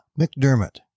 McDermott